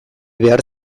behar